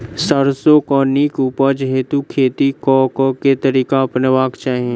सैरसो केँ नीक उपज हेतु खेती केँ केँ तरीका अपनेबाक चाहि?